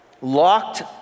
locked